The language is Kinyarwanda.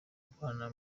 gukorana